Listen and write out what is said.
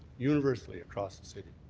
universally across the city.